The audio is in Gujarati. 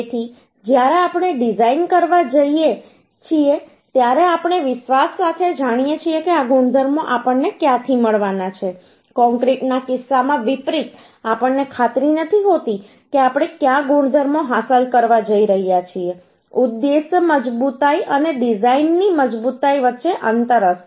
તેથી જ્યારે આપણે ડિઝાઇન કરવા જઈએ છીએ ત્યારે આપણે વિશ્વાસ સાથે જાણીએ છીએ કે આ ગુણધર્મો આપણને ક્યાંથી મળવાના છે કોંક્રિટના કિસ્સામાં વિપરીત આપણને ખાતરી નથી હોતી કે આપણે કયા ગુણધર્મો હાંસલ કરવા જઈ રહ્યા છીએ ઉદ્દેશ મજબૂતાઈ અને ડિઝાઇનની મજબૂતાઈ વચ્ચે અંતર હશે